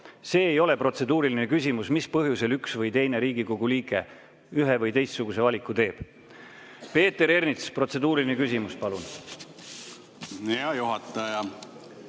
See ei ole protseduuriline küsimus, mis põhjusel üks või teine Riigikogu liige ühe või teise valiku teeb. Peeter Ernits, protseduuriline küsimus, palun! Aitäh! Hea